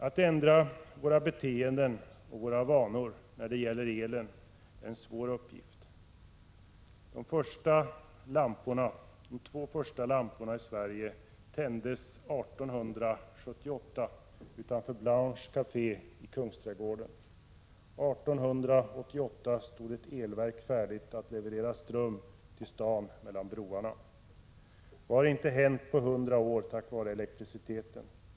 Att ändra vårt beteende och våra vanor när det gäller elen är en svår uppgift. De två första lamporna i Sverige tändes 1878 utanför Café Blanche i Kungsträdgården. År 1888 stod ett elverk färdigt att leverera ström till Staden mellan broarna. Vad har inte hänt på 100 år tack vare elektriciteten!